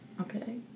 Okay